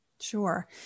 Sure